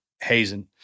Hazen